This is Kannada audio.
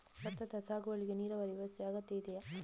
ಭತ್ತದ ಸಾಗುವಳಿಗೆ ನೀರಾವರಿ ವ್ಯವಸ್ಥೆ ಅಗತ್ಯ ಇದೆಯಾ?